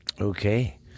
Okay